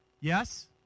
Yes